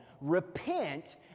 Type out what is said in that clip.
Repent